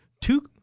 Two